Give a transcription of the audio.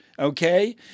okay